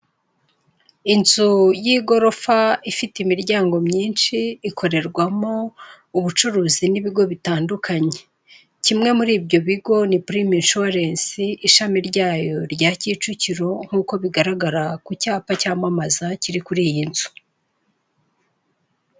Inzu y'igorofa ifite imiryango myinshi ikorerwamo ubucuruzi n'ibigo bitandukanye kimwe muri ibyo bigo ni prime insurance ishami ryayo rya Kicukiro nk'uko bigaragara ku cyapa cyamamaza kiri kuri iyi nzu.